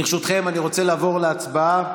ברשותכם, אני רוצה לעבור להצבעה.